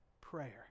prayer